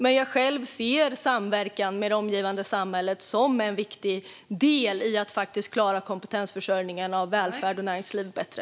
Men jag själv ser samverkan med det omgivande samhället som en viktig del i att klara kompetensförsörjningen i välfärden och näringslivet bättre.